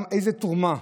איזו תרומה